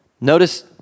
Notice